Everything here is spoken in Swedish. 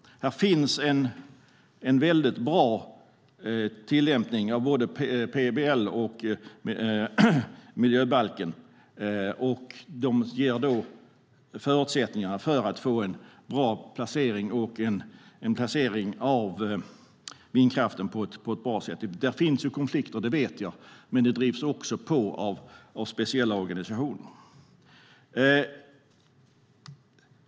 Här finns en väldigt bra tillämpning av både PBL och miljöbalken, och de ger förutsättningar för att få en bra placering av vindkraften. Det finns konflikter - det vet jag - men det drivs också på av speciella organisationer.